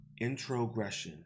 introgression